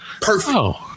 perfect